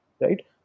right